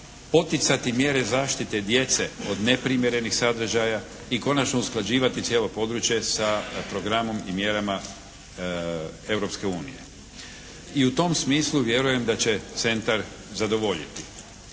poticati mjere zaštite djece od neprimjerenih sadržaja i konačno usklađivati cijelo područje sa programom i mjerama Europske unije i u tom smislu vjerujem da će Centar zadovoljiti.